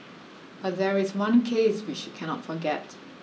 but there is one case which she cannot forget